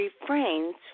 refrains